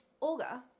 Olga